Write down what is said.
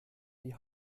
die